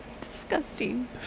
Disgusting